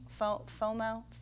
FOMO